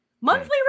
Monthly